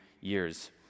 years